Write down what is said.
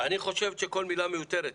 אני חושבת שכל מילה מיותרת,